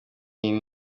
iyi